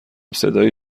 صدایی